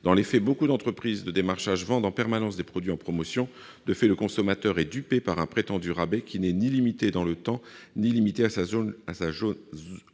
Dans les faits, beaucoup d'entreprises de démarchage vendent en permanence des produits en promotion. Le consommateur est ainsi dupé par un prétendu rabais, qui n'est pas limité dans le temps et qui n'est